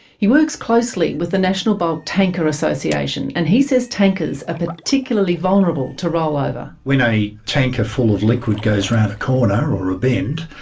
he works closely with the national bulk tanker association, and he says tankers are ah particularly vulnerable to rollover. when a tanker full of liquid goes round a corner or a bend,